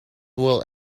will